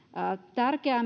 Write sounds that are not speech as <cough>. tärkeää <unintelligible>